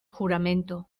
juramento